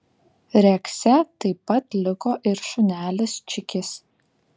rekse taip pat liko ir šunelis čikis